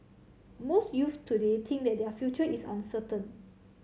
most youths today think that their future is uncertain